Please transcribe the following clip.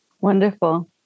wonderful